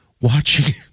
watching